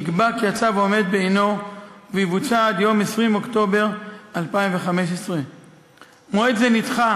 נקבע כי הצו עומד בעינו ויבוצע עד יום 20 באוקטובר 2015. מועד זה נדחה